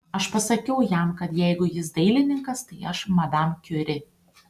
aš pasakiau jam kad jeigu jis dailininkas tai aš madam kiuri